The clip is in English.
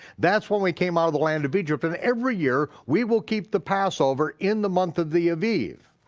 that's when we came out of the land of egypt and every year we will keep the passover in the month of the aviv.